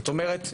זאת אומרת,